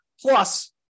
Plus